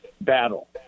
battle